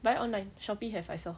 buy online shopee have I saw